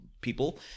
people